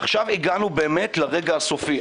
עכשיו הגענו באמת לרגע הסופי.